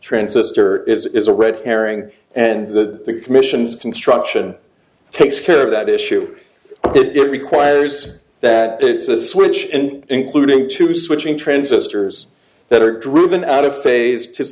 transistor is a red herring and the commission's construction takes care of that issue it requires that it's a switch and including two switching transistors that are driven out of phase t